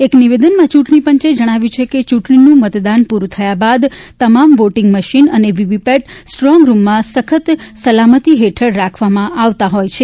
એક નિવેદનમાં ચૂંટક્ષીપંચે જણાવ્યું છે કે ચૂંટણીનું મતદાન પૂરૂં થયા બાદ તમામ વોટીંગ મશીન અને વીવીપેટ સ્ટ્રોંગરૂમમાં સપ્ન સલામતિ હેઠળ રાખવામાં આવતા હોય છે